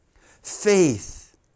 Faith